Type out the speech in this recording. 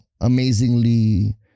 amazingly